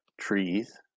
trees